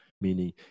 meaning